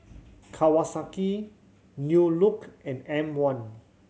Kawasaki New Look and M One